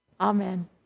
amen